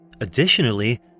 Additionally